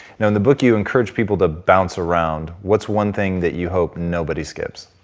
now in the book you encourage people to bounce around. what's one thing that you hope nobody skips?